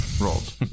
rolled